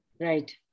Right